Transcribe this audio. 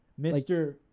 Mr